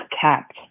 capped